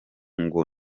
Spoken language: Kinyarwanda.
ngo